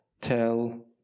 tell